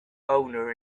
owner